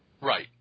Right